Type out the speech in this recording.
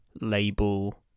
label